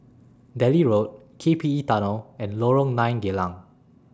Delhi Road K P E Tunnel and Lorong nine Geylang